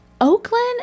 Oakland